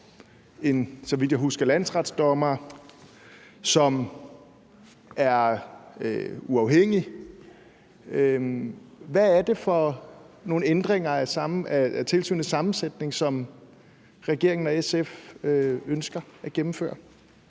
er, så vidt jeg husker, en landsdommer, som er uafhængig. Hvad er det for nogle ændringer af tilsynets sammensætning, som regeringen og SF ønsker at gennemføre?